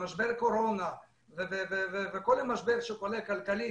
במשבר הקורונה וכל המשבר הכלכלי,